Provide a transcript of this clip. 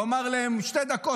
הוא אמר להם: שתי דקות.